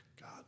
God